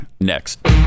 next